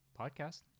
Podcast